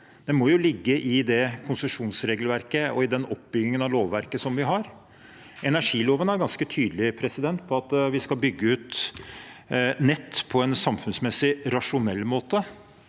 Det må jo ligge i det konsesjonsregelverket og i den oppbyggingen av lovverket som vi har. Energiloven er ganske tydelig på at vi skal bygge ut nett «på en samfunnsmessig rasjonell måte».